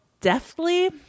deftly